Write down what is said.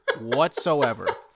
whatsoever